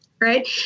right